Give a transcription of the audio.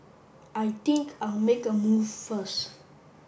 I think I'll make a move first